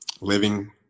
living